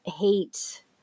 hate